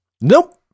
Nope